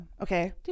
okay